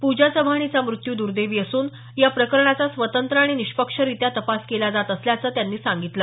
पूजा चव्हाण हिचा मृत्यू दुर्दैवी असून या प्रकरणाचा स्वतंत्र आणि निष्पक्षरित्या तपास केला जात असल्याचं त्यांनी सांगितलं